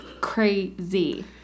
crazy